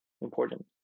important